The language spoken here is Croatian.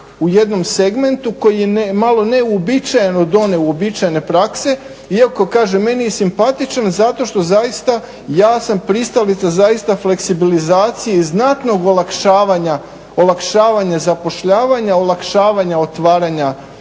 u jednom segmentu koji je malo neuobičajen od one uobičajene prakse, iako kažem meni je simpatičan zato što zaista ja sam pristalica fleksibilizacije i znatnog olakšavanja zapošljavanja, olakšavanja otvaranja